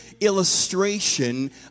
illustration